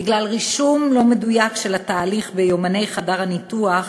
בגלל רישום לא מדויק של התהליך ביומני חדר הניתוח,